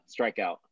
strikeout